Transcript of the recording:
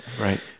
Right